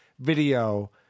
video